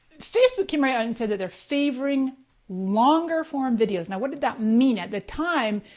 facebook came right out and said that they're favoring longer form videos. now what did that mean? at the time,